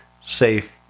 safe